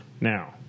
now